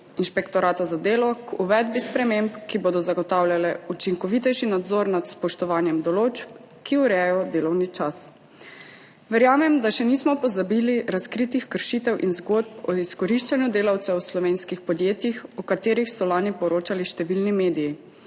Inšpektorata za delo k uvedbi sprememb, ki bodo zagotavljale učinkovitejši nadzor nad spoštovanjem določb, ki urejajo delovni čas. Verjamem, da še nismo pozabili razkritih kršitev in zgodb o izkoriščanju delavcev v slovenskih podjetjih, o katerih so lani poročali številni mediji.